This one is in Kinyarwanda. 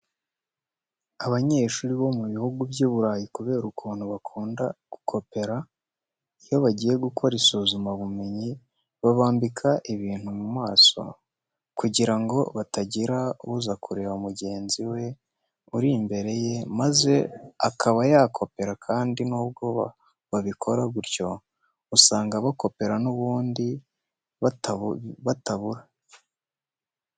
Abanyeshuri bo mu bihugu by'Iburayi kubera ukuntu bakunda gukopera, iyo bagiye gukora isuzumabumenyi babambika ibintu mu maso kugira ngo hatagira uza kureba mugenzi we uri imbere ye maze akaba yakopera kandi nubwo babikora gutyo usanga abakopera n'ubundi batabura.